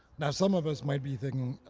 now, some of us might be thinking,